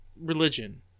religion